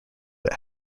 that